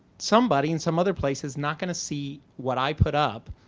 somebody in some other place is not gonna see what i put up,